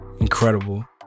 incredible